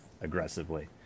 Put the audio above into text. aggressively